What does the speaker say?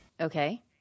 Okay